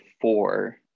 four